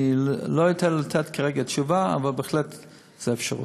אני לא יודע לתת כרגע תשובה, אבל בהחלט זה אפשרות.